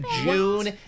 June